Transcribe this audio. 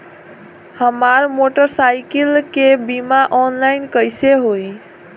हमार मोटर साईकीलके बीमा ऑनलाइन कैसे होई?